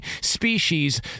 species